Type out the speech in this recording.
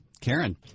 Karen